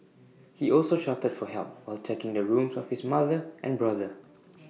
he also shouted for help while checking the rooms of his mother and brother